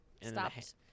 stopped